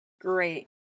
Great